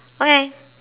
okay